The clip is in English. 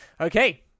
Okay